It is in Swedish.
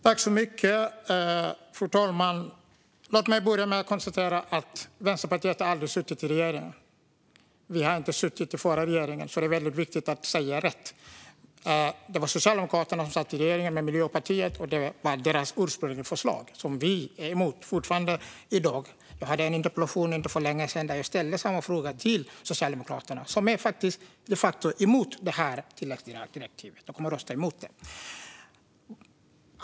Fru talman! Låt mig börja med att konstatera att Vänsterpartiet aldrig har suttit i regeringen. Vi satt inte i den förra regeringen; det är viktigt att säga rätt. Det var Socialdemokraterna som satt i regeringen med Miljöpartiet, och det var deras ursprungliga förslag, som vi fortfarande i dag är emot. Jag hade en interpellation för inte så länge sedan där jag ställde samma fråga till Socialdemokraterna, som de facto är emot tilläggsdirektivet. De kommer att rösta emot.